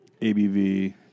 ABV